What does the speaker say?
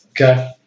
okay